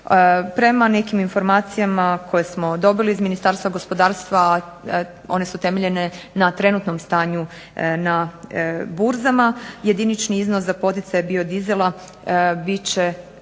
Prema nekim informacijama koje smo dobili iz Ministarstva gospodarstva, one su temeljene na trenutnom stanju na burzama, jedinični iznos za poticaj biodizela bit će,